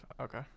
Okay